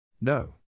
No